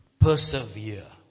persevere